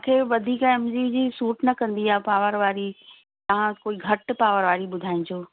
मूंखे वधीक M G G suit न कंदी आहे पावर वारी तव्हां कोई घटि पावर वारी ॿुधाइजो